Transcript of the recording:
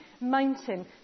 mountain